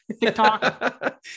TikTok